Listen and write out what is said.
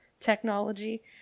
technology